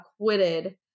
acquitted